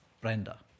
Brenda